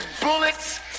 bullets